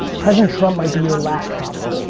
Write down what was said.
president trump might be your last problem.